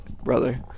brother